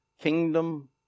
kingdom